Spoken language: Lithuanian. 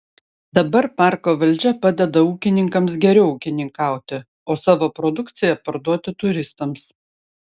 dabar parko valdžia padeda ūkininkams geriau ūkininkauti o savo produkciją parduoti turistams